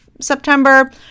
September